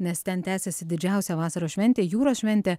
nes ten tęsiasi didžiausia vasaros šventė jūros šventė